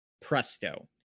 Presto